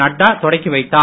நட்டா தொடக்கி வைத்தார்